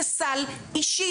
זה סל אישי.